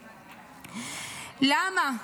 למה?